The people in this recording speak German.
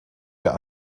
der